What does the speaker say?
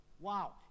Wow